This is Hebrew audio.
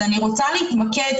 אז אני רוצה להתמקד,